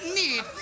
need